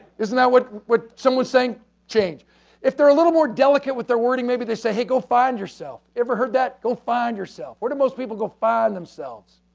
isn't what what someone's saying change if they're a little more delicate with their wording maybe they say, hey go find yourself, ever heard that go find yourself, what are the most people go find themselves.